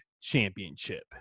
Championship